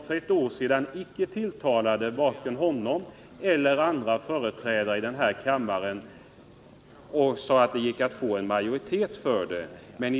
För ett år sedan tilltalade det varken honom eller de båda andra partipolitiska skogsbruksdebattörerna i den här kammaren. Därför gick det inte att få någon majoritet för folkpartiet den gången.